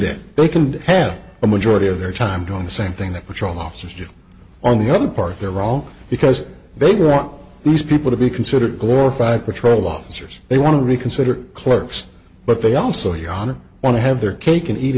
that they can have a majority of their time doing the same thing that patrol officers do on the other part they're wrong because they want these people to be considered glorified patrol officers they want to reconsider clerks but they also yonder want to have their cake